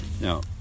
No